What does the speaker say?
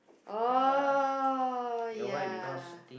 oh yeah